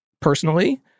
personally